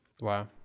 wow